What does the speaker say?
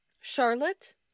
Charlotte